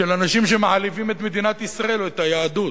שאנשים מעליבים את מדינת ישראל או את היהדות.